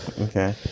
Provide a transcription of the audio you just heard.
Okay